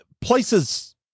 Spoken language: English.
Places